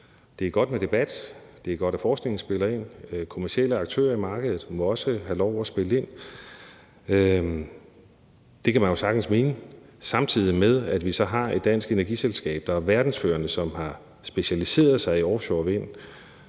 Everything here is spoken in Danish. Det er godt med debat, det er godt, at forskningen spiller ind, og kommercielle aktører på markedet må også have lov til at spille ind. Det kan man jo sagtens mene, samtidig med at vi så har et dansk energiselskab, der er verdensførende, og som har specialiseret sig i offshorevind,